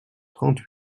trente